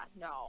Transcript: no